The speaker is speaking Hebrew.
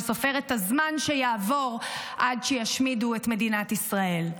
שסופר את הזמן שיעבור עד שישמידו את מדינת ישראל.